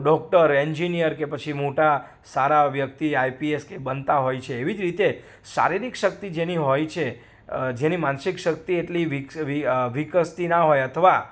doctor engineer કે પછી મોટા સારા વ્યક્તિ આઈપીએસ કે બનતા હોય છે એવી જ રીતે શારીરિક શક્તિ જેની હોય છે જેની માનસિક શક્તિ એટલી વિકસતી ના હોય અથવા